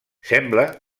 sembla